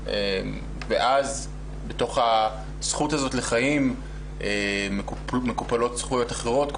ואז בתוך הזכות הזאת לחיים מקופלות זכויות אחרות,